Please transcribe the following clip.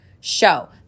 show